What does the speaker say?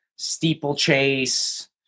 Steeplechase